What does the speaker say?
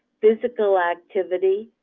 physical activity,